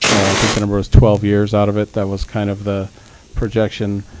i think the number was twelve years out of it. that was kind of the projection.